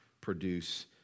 produce